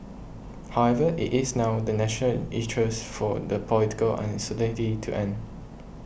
however it is now in the national interest for the political uncertainty to end